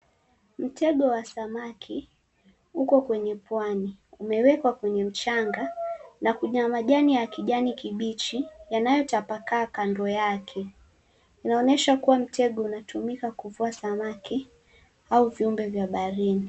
Mtego wa samaki uko kwenye pwani, umewekwa kwenye mchanga na kuna majani ya kijani kibichi yanayotapakaa kando yake inaonyesha kuwa mtego unatumika kuvuka samaki au viumbe vya baharini.